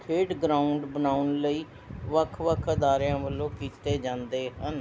ਖੇਡ ਗਰਾਊਂਡ ਬਣਾਉਣ ਲਈ ਵੱਖ ਵੱਖ ਅਦਾਰਿਆਂ ਵੱਲੋਂ ਕੀਤੇ ਜਾਂਦੇ ਹਨ